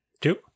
Two